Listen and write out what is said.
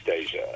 Asia